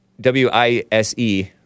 W-I-S-E